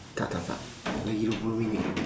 tak tak tak lagi dua puluh minit